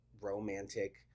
romantic